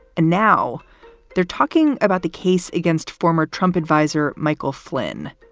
and now they're talking about the case against former trump advisor michael flynn,